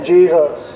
Jesus